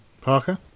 Parker